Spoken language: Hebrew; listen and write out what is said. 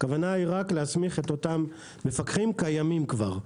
הכוונה היא רק להסמיך את אותם מפקחים קיימים כבר.